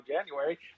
january